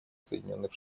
соединенных